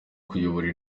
kuyobora